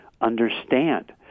understand